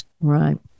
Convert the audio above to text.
Right